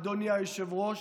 אדוני היושב-ראש,